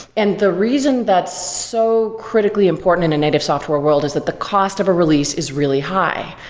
and the reason that's so critically important in a native software world is that the cost of a release is really high.